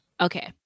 Okay